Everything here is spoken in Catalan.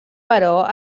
però